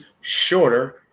shorter